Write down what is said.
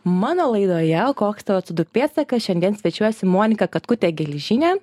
mano laidoje koks tu atsudu pedsaką šiandien svečiuojasi monika katkutė geležinė